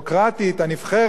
הכנסת,